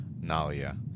Nalia